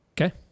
Okay